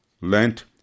Lent